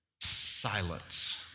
Silence